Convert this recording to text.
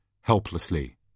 helplessly